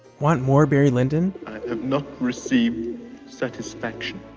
want more barry lyndon? i have not received satisfaction.